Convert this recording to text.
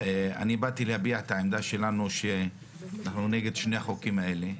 אני באתי להביע את העמדה שלנו שאנחנו נגד שני החוקים האלה,